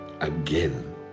again